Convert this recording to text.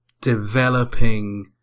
developing